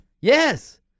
Yes